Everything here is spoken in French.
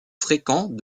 fréquent